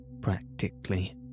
practically